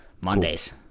mondays